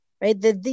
right